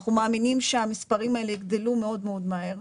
ואנחנו מאמינים שהמספרים האלה יגדלו מאוד מהר,